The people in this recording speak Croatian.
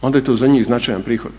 onda je to za njih značajan prihod.